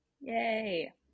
Yay